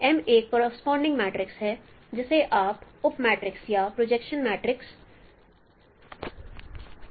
M एक corresponding matrix है जिसे आप उप मैट्रिक्स या प्रोजेक्शन मैट्रिक्स जानते हैं